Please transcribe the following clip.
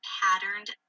patterned